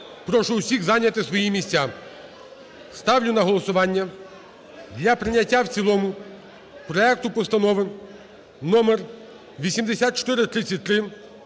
прошу усіх зайняти свої місця. Ставлю на голосування для прийняття в цілому проекту Постанови № 8433